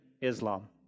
Islam